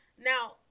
Now